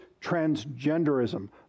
transgenderism